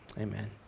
Amen